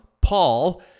Paul